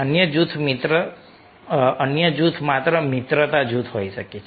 અન્ય જૂથ માત્ર મિત્રતા જૂથ હોઈ શકે છે